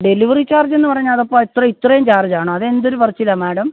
delivery charge എന്ന് പറഞ്ഞാൽ അത് ഇപ്പോൾ ഇത്ര ഇത്രയും ചാർജാണോ അത് എന്തൊരു പറച്ചിലാണ് മാഡം